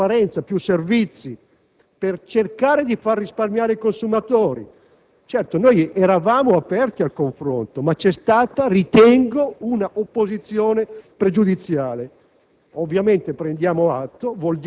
creare più concorrenza, più trasparenza, più servizi, per cercare di far risparmiare i consumatori. Certo, eravamo aperti al confronto, ma c'è stata - ritengo - un'opposizione pregiudiziale.